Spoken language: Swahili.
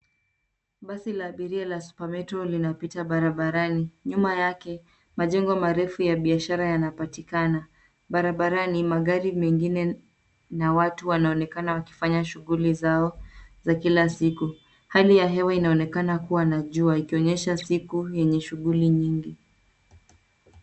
Basi la abiria la super metro linapita barabarani. Nyuma yake, majengo marefu ya biashara yanapatikana. Barabarani, magari mengine na watu wanaonekana wakifanya shughuli zao za kila siku. Hali ya hewa inaonekana kuwa na jua ikionyesha siku yenye shughuli nyingi.